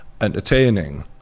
entertaining